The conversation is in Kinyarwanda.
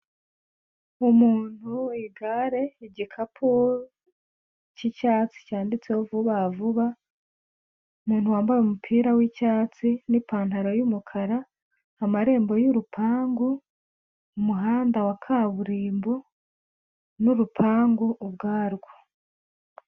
Umuntu, igare, igikapu cy'icyatsi cyanditseho vuba vuba, umuntu wambaye umupira w'icyatsi n'ipantaro y'umukara, amarembo y'urupangu, umuhanda wa kaburimbo n'urupangu ubwarwo.